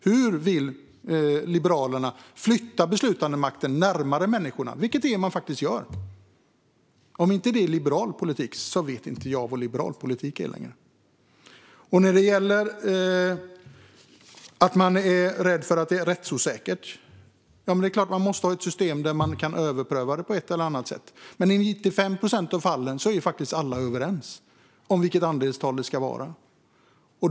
Hur vill Liberalerna flytta beslutandemakten närmare människorna? Det är faktiskt det vi vill göra. Om inte det är liberal politik vet inte jag vad liberal politik är längre. När det gäller att man är rädd för att det är rättsosäkert är det klart att man måste ha ett system där man kan överpröva det på ett eller annat sätt. Men i 95 procent av fallen är alla överens om vilket andelstal det ska vara.